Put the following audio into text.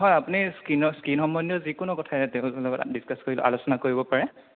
হয় আপুনি স্কীনৰ স্কীন সম্বন্ধীয় যিকোনো কথাই তেওঁৰ লগত ডিছকাছ আলোচনা কৰিব পাৰে